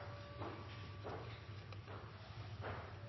takk,